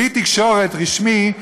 כלי תקשורת רשמי,